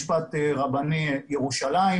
פרטי,